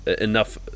Enough